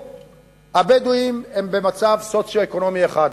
הבדואים הם במצב סוציו-אקונומי אחד,